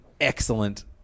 excellent